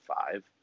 five